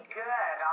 good